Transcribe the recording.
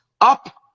up